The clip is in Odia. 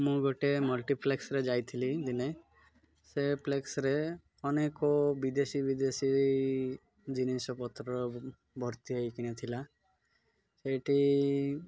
ମୁଁ ଗୋଟେ ମଲ୍ଟିପ୍ଲେକ୍ସରେ ଯାଇଥିଲି ଦିନେ ସେ ପ୍ଲେକ୍ସରେ ଅନେକ ବିଦେଶୀ ବିଦେଶୀ ଜିନିଷପତ୍ର ଭର୍ତ୍ତି ହେଇକିନି ଥିଲା ସେଇଠି